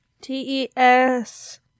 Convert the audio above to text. T-E-S